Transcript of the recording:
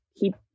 keep